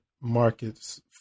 markets